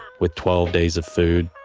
with twelve days of food,